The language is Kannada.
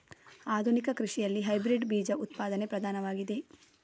ಆಧುನಿಕ ಕೃಷಿಯಲ್ಲಿ ಹೈಬ್ರಿಡ್ ಬೀಜ ಉತ್ಪಾದನೆ ಪ್ರಧಾನವಾಗಿದೆ